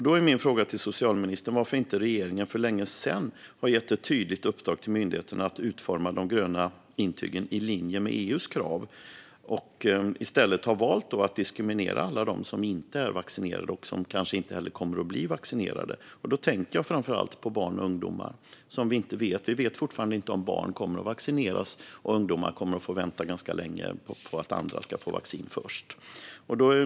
Då är min fråga till socialministern varför inte regeringen för länge sedan har gett ett tydligt uppdrag till myndigheten att utforma de gröna intygen i linje med EU:s krav utan i stället valt att diskriminera alla dem som inte är vaccinerade och kanske inte heller kommer att bli det. Då tänker jag framför allt på barn och ungdomar. Vi vet fortfarande inte om barn kommer att vaccineras, och ungdomar kommer att få vänta länge för att andra ska få vaccin först.